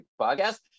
podcast